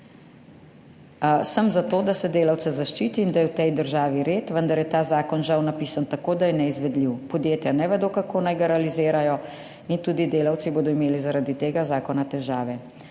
»Sem za to, da se delavce zaščiti, in da je v tej državi red, vendar je ta zakon žal napisan tako, da je neizvedljiv. Podjetja ne vedo kako naj ga realizirajo in tudi delavci bodo imeli zaradi tega zakona težave.